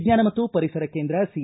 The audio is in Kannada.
ವಿಜ್ಞಾನ ಮತ್ತು ಪರಿಸರ ಕೇಂದ್ರ ಸಿ